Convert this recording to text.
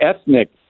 ethnic